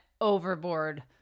overboard